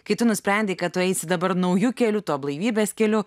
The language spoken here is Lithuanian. kai tu nusprendei kad tu eisi dabar nauju keliu tuo blaivybės keliu